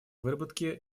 выработке